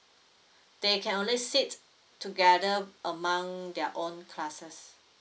they can only sit together among their own classes